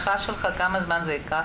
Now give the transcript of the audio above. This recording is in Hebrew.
כמה זמן זה ייקח